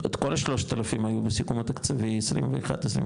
את כל ה-3,000 היו בסיכום התקציבי 21-22,